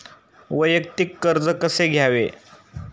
वैयक्तिक कर्ज कसे घ्यावे?